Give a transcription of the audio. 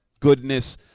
Goodness